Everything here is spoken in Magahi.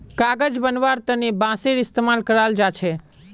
कागज बनव्वार तने बांसेर इस्तमाल कराल जा छेक